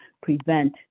prevent